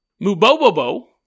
Mubobobo